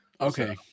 Okay